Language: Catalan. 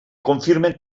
confirmen